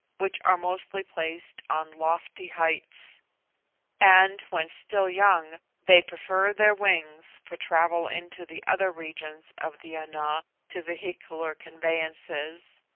which are mostly placed on lofty heights and, when still young, they prefer their wings for travel into the other regions of the ana, to vehicular conveyances.